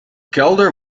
kelder